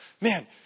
man